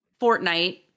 Fortnite